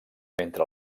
mentre